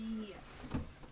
Yes